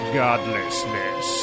godlessness